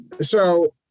So-